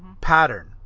Pattern